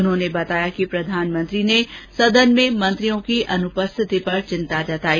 उन्होंने बताया कि प्रधानमंत्री ने सदन में मंत्रियों की अनुपस्थिति पर चिन्ता जताई